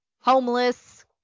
homeless